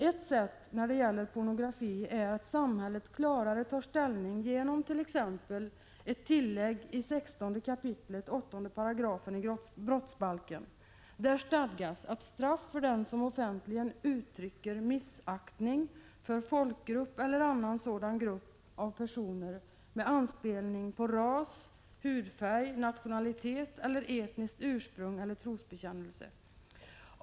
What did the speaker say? Ett sätt när det gäller pornografi är att samhället klarare tar ställning genom t.ex. ett tillägg i 16 kap. 8 § i brottsbalken. Där stadgas straff för den som offentligen ”uttrycker missaktning för folkgrupp eller annan sådan grupp av personer med anspelning på ras, hudfärg, nationellt eller etniskt ursprung eller trosbekännelse”.